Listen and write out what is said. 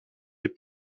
des